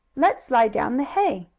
let's slide down the hay.